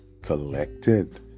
collected